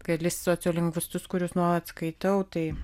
kelis sociolingvistus kuriuos nuolat skaitau tai